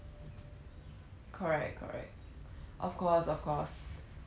correct correct of course of course